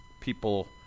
people